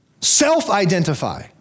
self-identify